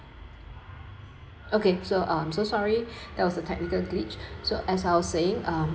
okay so I'm so sorry that was a technical glitch so as I was saying uh